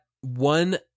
one